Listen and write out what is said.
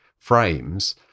frames